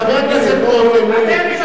חבר הכנסת רותם, אתה משקר.